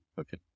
Okay